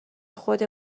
خود